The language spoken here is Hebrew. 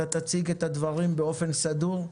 אתה תציג את הדברים באופן סדור.